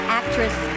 actress